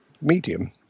medium